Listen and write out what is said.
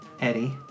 Eddie